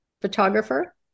photographer